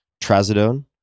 Trazodone